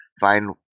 find